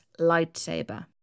lightsaber